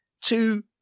two